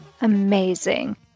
amazing